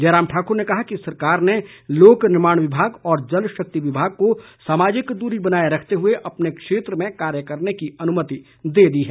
जयराम ठाकुर ने कहा कि सरकार ने लोक निर्माण विभाग और जल शक्ति विभाग को सामाजिक दूरी बनाए रखते हुए अपने क्षेत्र में कार्य करने की अनुमति दे दी है